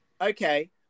Okay